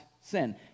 sin